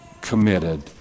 committed